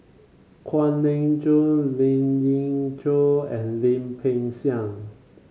Kwek Leng Joo Lien Ying Chow and Lim Peng Siang